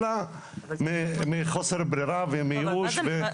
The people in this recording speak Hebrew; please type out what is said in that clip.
אלא מחוסר ברירה וייאוש.